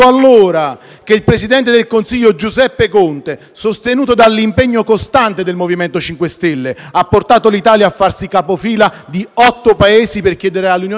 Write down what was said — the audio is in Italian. che il Presidente del Consiglio Giuseppe Conte, sostenuto dall'impegno costante del MoVimento 5 Stelle, ha portato l'Italia a farsi capofila di otto Paesi per chiedere all'Unione europea una svolta,